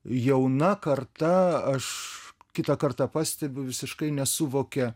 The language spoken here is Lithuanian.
jauna karta aš kitą kartą pastebiu visiškai nesuvokia